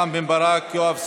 רם בן ברק, יואב סגלוביץ',